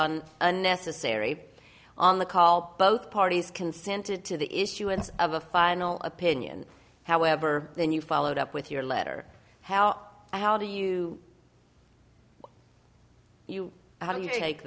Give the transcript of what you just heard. on unnecessary on the call both parties consented to the issuance of a final opinion however then you followed up with your letter how how do you how do you take